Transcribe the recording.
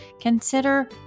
Consider